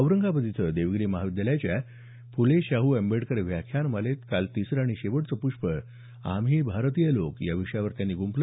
औरंगाबाद इथल्या देवगिरी महाविद्यालयाच्या शाहू फुले आंबेडकर व्याख्यानमालेत काल तिसरं आणि शेवटचं प्ष्प आम्ही भारतीय लोक या विषयावर त्यांनी गुफलं